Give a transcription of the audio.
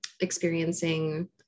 experiencing